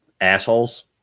assholes